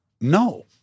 No